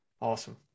awesome